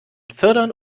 fördern